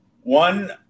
One